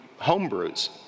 homebrews